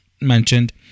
mentioned